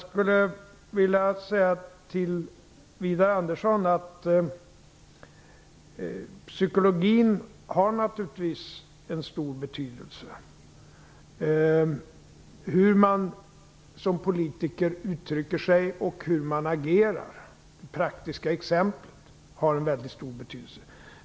Till Widar Andersson vill jag säga att psykologin naturligtvis har en stor betydelse. Hur man som politiker uttrycker sig och hur man agerar, det praktiska exemplet, har en väldigt stor betydelse.